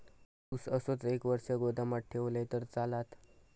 ऊस असोच एक वर्ष गोदामात ठेवलंय तर चालात?